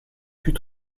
put